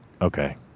Okay